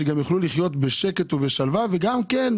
שגם יוכלו לחיות בשקט ובשלווה וגם כן